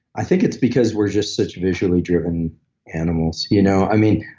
i think it's because we're just such visually driven animals, you know? i mean,